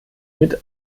mit